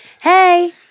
Hey